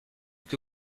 que